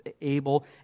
able